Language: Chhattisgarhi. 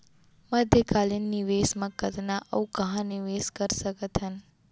मध्यकालीन निवेश म कतना अऊ कहाँ निवेश कर सकत हन?